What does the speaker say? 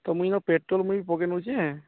ତ ମୁଇଁ ନ ପେଟ୍ରୋଲ୍ ମୁଇଁ ପକାଇ ନେଉଚେଁ